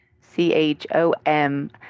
C-H-O-M